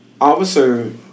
Officer